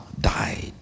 died